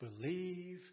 believe